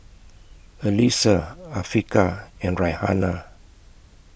Alyssa Afiqah and Raihana